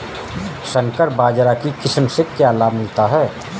संकर बाजरा की किस्म से क्या लाभ मिलता है?